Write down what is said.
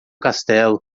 castelo